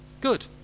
good